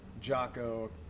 Jocko